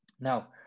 Now